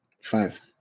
Five